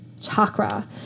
chakra